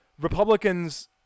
republicans